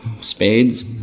spades